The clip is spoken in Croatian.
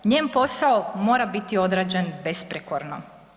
Njen posao mora biti odrađen besprijekorno.